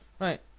Right